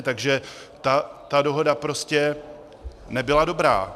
Takže ta dohoda prostě nebyla dobrá.